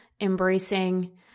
embracing –